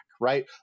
right